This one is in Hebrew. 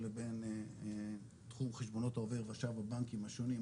לבין תחום חשבונות עובר ושב בבנקים השונים,